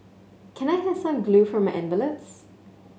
can I have some glue for my envelopes